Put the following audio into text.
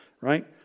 right